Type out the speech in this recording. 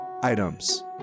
items